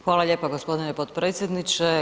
Hvala lijepo g. potpredsjedniče.